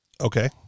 Okay